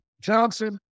Johnson